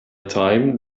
time